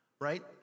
right